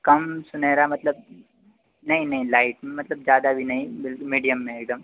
कम सुनहरा मतलब नहीं नहीं लाइट मतलब ज़्यादा भी नहीं मीडियम में एक दम